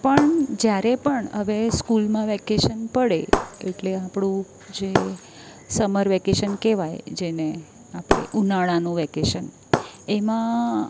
પણ જ્યારે પણ હવે સ્કૂલમાં વેકેશન પડે એટલે આપણું જે સમર વેકેશન કહેવાય જેને આપણે ઉનાળાનું વેકેશન એમાં